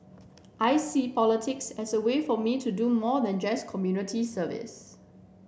I see politics as a way for me to do more than just community service